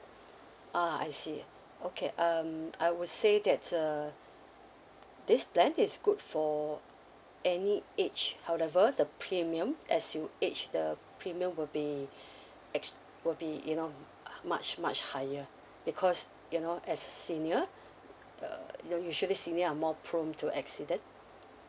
ah I see okay um I would say that uh this plan is good for any age however the premium as you age the premium will be exp~ will be you know uh much much higher because you know as a senior uh you know usually senior are more prone to accident